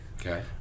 Okay